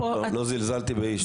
לא זלזלתי באיש,